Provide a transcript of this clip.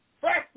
first